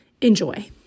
enjoy